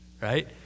right